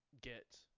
get